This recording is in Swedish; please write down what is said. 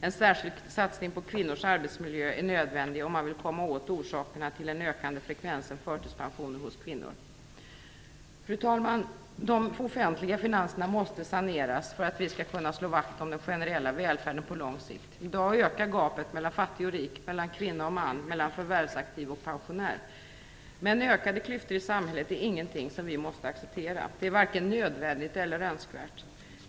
En särskild satsning på kvinnors arbetsmiljö är nödvändig om man vill komma åt orsakerna till den ökande frekvensen förtidspensioneringar av kvinnor. Fru talman! De offentliga finanserna måste saneras för att vi skall kunna slå vakt om den generella välfärden på lång sikt. I dag ökar gapet mellan fattig och rik, mellan kvinna och man, mellan förvärvsaktiv och pensionär. Men ökande klyftor i samhället är ingenting som vi måste acceptera. Det är varken nödvändigt eller önskvärt.